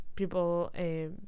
People